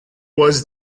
was